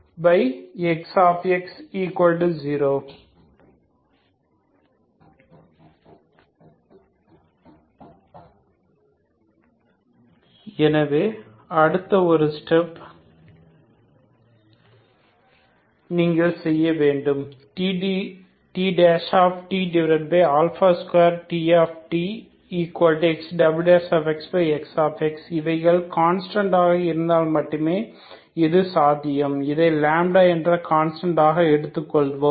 ஆகவே அடுத்து ஒரு ஸ்டெப் நீங்கள் செய்ய வேண்டும் Tt2TXxXx இவைகள் கான்ஸ்டன்ட் ஆக இருந்தால் மட்டுமே இது சாத்தியம் இதை λ என்ற கான்ஸ்டன்ட் ஆக எடுத்துக் கொள்வோம்